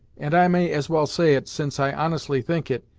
and i may as well say it, since i honestly think it!